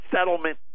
settlement